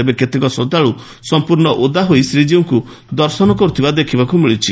ତେବେ କେତେକ ଶ୍ରଦ୍ଧାଳୁ ସମ୍ମୂର୍ଣ୍ଣ ଓଦା ହୋଇ ଶ୍ରୀକୀଉଙ୍କ ଦର୍ଶନ କରୁଥିବା ଦେଖିବାକୁ ମିଳିଛି